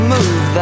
Move